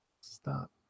stop